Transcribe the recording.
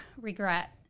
regret